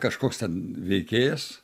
kažkoks ten veikėjas